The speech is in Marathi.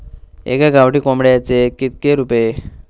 एका गावठी कोंबड्याचे कितके रुपये?